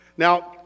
Now